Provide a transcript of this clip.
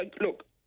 look